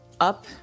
up